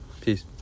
Peace